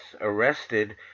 arrested